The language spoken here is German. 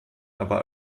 aber